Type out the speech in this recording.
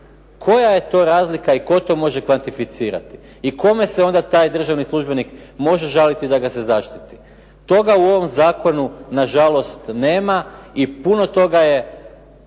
Koja je to razlika i tko to može kvantificirati i kome se onda taj državni službenik može žaliti da ga se zaštititi? Toga u ovom zakonu nažalost nema i puno toga je